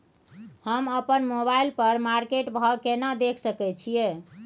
हम अपन मोबाइल पर मार्केट भाव केना देख सकै छिये?